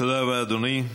תודה רבה, אדוני.